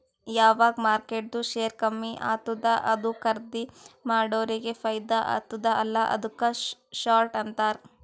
ಯಾವಗ್ ಮಾರ್ಕೆಟ್ದು ಶೇರ್ ಕಮ್ಮಿ ಆತ್ತುದ ಅದು ಖರ್ದೀ ಮಾಡೋರಿಗೆ ಫೈದಾ ಆತ್ತುದ ಅಲ್ಲಾ ಅದುಕ್ಕ ಶಾರ್ಟ್ ಅಂತಾರ್